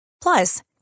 Plus